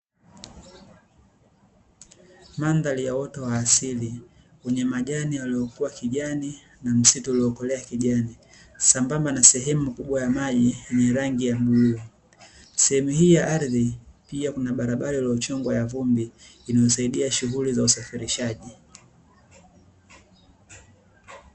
Mandhari ya uoto wa asili wenye majani yaliyokuwa kijani na msitu uliokolea kijani, sambamba na sehemu kubwa ya maji yenye rangi ya bluu. Sehemu hii ya ardhi pia kuna barabara iliyochongwa ya vumbi inayosaidia shughuli za usafirishaji.